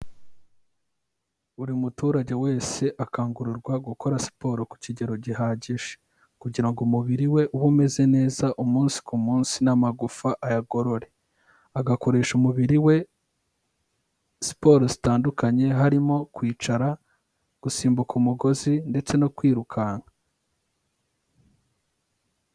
Buri muturage wese akangurirwa gukora siporo ku kigero gihagije, kugira ngo umubiri we ube umeze neza umunsi ku munsi n'amagufa ayagorore, agakoresha umubiri we siporo zitandukanye harimo kwicara, gusimbuka umugozi ndetse no kwirukanka.